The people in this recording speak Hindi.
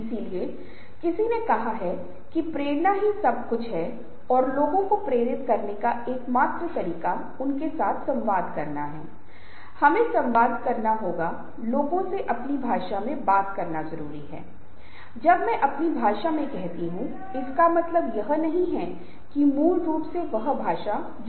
इसलिए समूह यदि प्रभावी है तो वे हमेशा अपने विचारों को साझा करेंगे और अगर कुछ मतभेद भी होते हैं तो कोई फर्क नहीं पड़ता वे हमेशा संघर्षों के माध्यम से कुछ बहुत सकारात्मक के लिए मतभेदों के माध्यम से चर्चा से बाहर आएंगे कुछ बहुत रचनात्मक विचारों के लिए वे आएंगे और ये सब केवल तभी संभव होगा जब वे अपने समूह में ठीक से संवाद करने में सक्षम हों